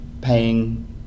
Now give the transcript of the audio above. paying